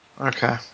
Okay